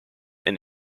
and